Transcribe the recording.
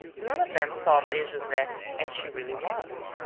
none of them saw maria-jose as she really was.